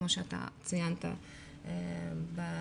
כמו שאתה ציינת בפתיח.